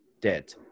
dead